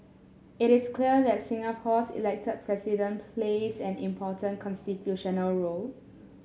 it is clear that Singapore's elect President plays an important constitutional role